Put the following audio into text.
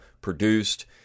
produced